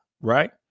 Right